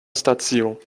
stacio